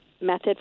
method